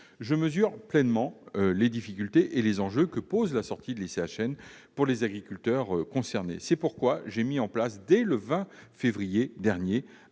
Je mesure pleinement les difficultés et les enjeux que pose la sortie de l'ICHN pour les agriculteurs concernés. C'est pourquoi j'ai mis en place dès le 20 février dernier